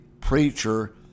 preacher